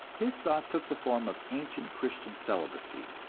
his thought took the form of ancient christian celibacy.